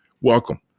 welcome